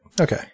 okay